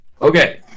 Okay